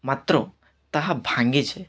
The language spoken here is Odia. ମାତ୍ର ତାହା ଭାଙ୍ଗିଛି